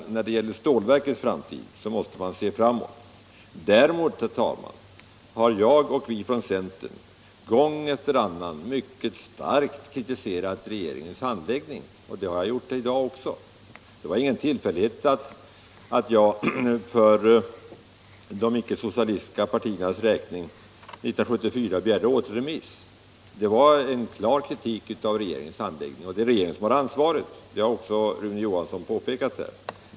När det gäller stålverkets framtid måste man se framåt. Däremot, herr talman, har jag och vi från centern gång efter annan mycket starkt kritiserat regeringens handläggning av stålverksprojektet. Det har jag gjort i dag också. Det var ingen tillfällighet att jag för de icke socialistiska partiernas räkning 1974 begärde återremiss. Det var en klar kritik av regeringens handläggning, och det är regeringen som har ansvaret. Det har också Rune Johansson påpekat.